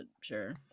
sure